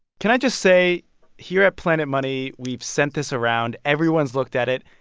can i just say here at planet money, we've sent this around, everyone's looked at it,